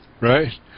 right